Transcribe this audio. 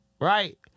right